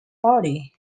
party